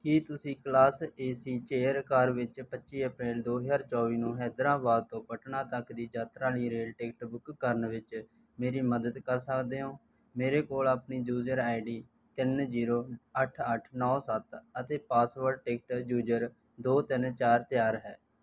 ਕੀ ਤੁਸੀਂ class A C chair car ਵਿੱਚ ਪੱਚੀ ਅਪ੍ਰੈਲ ਦੋ ਹਜ਼ਾਰ ਚੌਵੀ ਨੂੰ ਹੈਦਰਾਬਾਦ ਤੋਂ ਪਟਨਾ ਤੱਕ ਦੀ ਯਾਤਰਾ ਲਈ ਰੇਲ ਟਿਕਟ ਬੁੱਕ ਕਰਨ ਵਿੱਚ ਮੇਰੀ ਮਦਦ ਕਰ ਸਕਦੇ ਹੋ ਮੇਰੇ ਕੋਲ ਆਪਣੀ ਯੂਜਰ ਆਈਡੀ ਤਿੰਨ ਜ਼ੀਰੋ ਅੱਠ ਅੱਠ ਨੌਂ ਸੱਤ ਅਤੇ ਪਾਸਵਰਡ ਟਿਕਟ ਯੂਜ਼ਰ ਦੋ ਤਿੰਨ ਚਾਰ ਚਾਰ ਹੈ